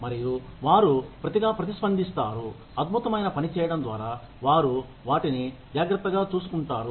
మరియు వారు ప్రతిగా ప్రతిస్పందిస్తారు అద్భుతమైన పని చేయడం ద్వారా వారు వాటిని జాగ్రత్తగా చూసుకుంటారు